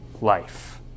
life